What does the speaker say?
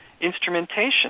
instrumentation